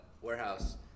warehouse